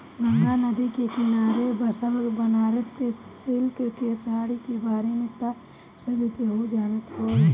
गंगा नदी के किनारे बसल बनारस के सिल्क के साड़ी के बारे में त सभे केहू जानत होई